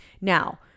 Now